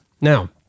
Now